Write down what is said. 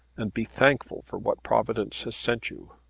and be thankful for what providence has sent you.